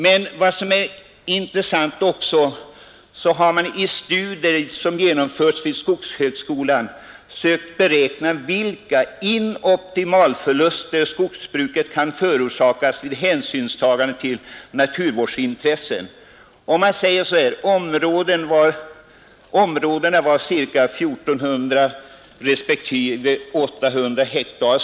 Något som också är intressant är att man vid studier som genomförts vid skogshögskolan sökt beräkna vilka inoptimalförluster skogsbruket kan åsamkas vid hänsynstagande till naturvårdsintresset. Låt oss utgå från två områden om ca 1400 respektive 800 hektar!